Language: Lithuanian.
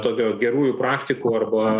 tokio gerųjų praktikų arba